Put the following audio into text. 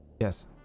yes